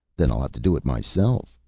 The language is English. then i'll have to do it myself,